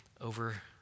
over